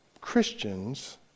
Christians